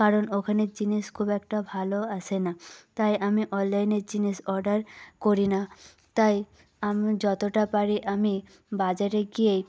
কারণ ওখানের জিনিস খুব একটা ভালো আসে না তাই আমি অনলাইনের জিনিস অর্ডার করি না তাই আমি যতটা পারি আমি বাজারে গিয়েই